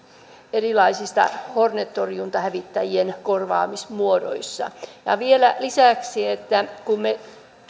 erilaisissa hornet torjuntahävittäjien korvaamismuodoissa ja ja vielä lisäksi kun me